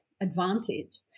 advantage